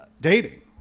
dating